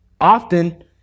Often